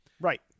Right